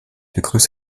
begrüße